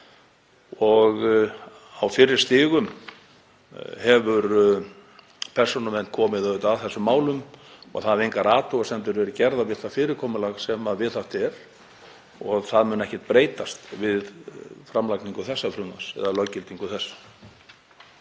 Á fyrri stigum hefur Persónuvernd komið að þessum málum og hafa engar athugasemdir verið gerðar við það fyrirkomulag sem viðhaft er og það mun ekkert breytast við framlagningu þessa frumvarps eða löggildingu þess.